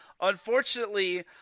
Unfortunately